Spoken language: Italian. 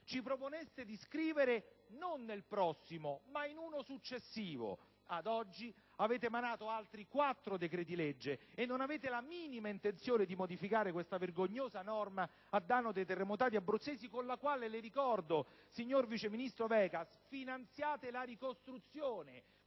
ci proponeste di scrivere non «nel prossimo», ma «in uno successivo». Ad oggi, avete emanato altri quattro decreti-legge e non avete la minima intenzione di modificare questa vergognosa norma a danno dei terremotati abruzzesi, con la quale - glielo ricordo, signor vice ministro Vegas - finanziate la ricostruzione: